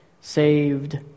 Saved